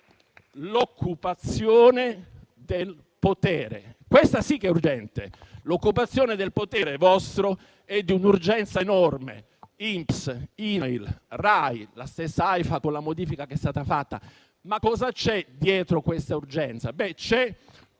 l'occupazione del potere (*Applausi*). Questa sì che è urgente. L'occupazione del potere vostro è di un'urgenza enorme: INPS, INAIL, RAI, la stessa AIFA (con la modifica che è stata fatta). Cosa c'è dietro questa urgenza? C'è